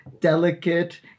delicate